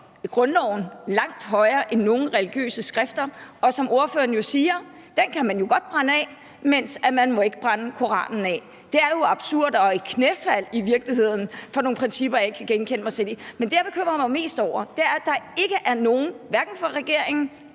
grundloven langt højere end nogen religiøse skrifter, og som ordføreren siger: Den må man jo godt brænde af, mens man ikke må brænde Koranen af. Det er jo absurd og i virkeligheden et knæfald for nogle principper, jeg ikke kan genkende mig selv i. Men det, jeg bekymrer mig mest over, er, at der ikke er nogen fra hverken regeringen